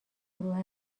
گروه